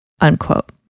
unquote